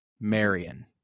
Marion